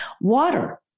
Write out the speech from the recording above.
Water